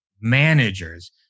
managers